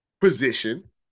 position